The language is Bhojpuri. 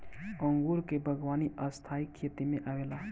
अंगूर के बागवानी स्थाई खेती में आवेला